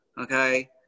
Okay